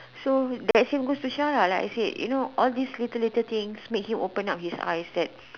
so that same goes to Sha lah all this little little things make him open up his eyes that